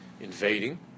invading